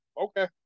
Okay